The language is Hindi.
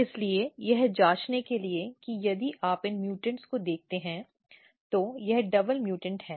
इसलिए यह जांचने के लिए कि यदि आप इन म्यूटेंट को देखते हैं तो यह डबल म्यूटेंट है